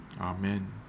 Amen